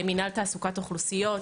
מנהל תעסוקת אוכלוסיות,